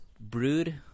brood